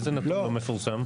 איזה נתון לא מפורסם?